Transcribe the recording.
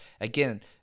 again